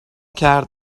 کرد